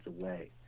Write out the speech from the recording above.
away